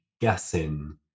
guessing